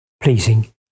pleasing